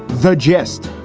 the gist?